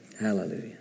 Hallelujah